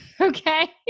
okay